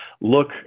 look